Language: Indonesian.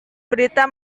berita